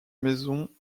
maison